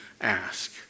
ask